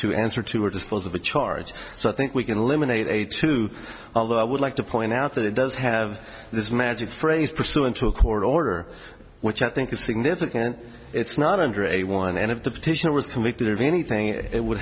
to answer to or dispose of a charge so i think we can eliminate a two although i would like to point out that it does have this magic phrase pursuant to a court order which i think is significant it's not under a one end of the petition was convicted of anything it would